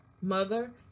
mother